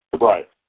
Right